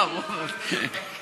ההורים הגיעו בשנות ה-50,